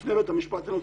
בפני בית המשפט העליון,